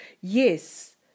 yes